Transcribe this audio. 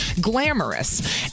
Glamorous